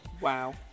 Wow